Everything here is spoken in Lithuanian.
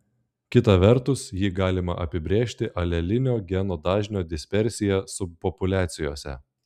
kita vertus jį galima apibrėžti alelinio geno dažnio dispersija subpopuliacijose